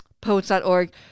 poets.org